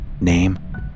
Name